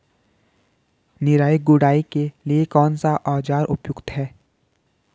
निराई गुड़ाई के लिए कौन सा औज़ार उपयुक्त है?